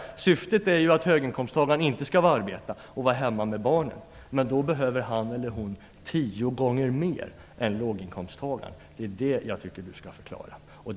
Syftet är ju att höginkomsttagaren inte skall arbeta utan vara hemma med barnen. Men då behöver han eller hon tio gånger mer än låginkomsttagaren. Det är det jag tycker att Ingela Thalén skall förklara.